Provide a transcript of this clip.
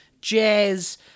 Jazz